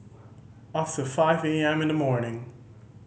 after five A M in the morning